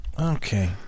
Okay